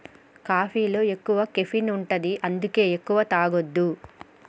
కాఫీలో ఎక్కువ కెఫీన్ ఉంటది అందుకే ఎక్కువ తాగొద్దు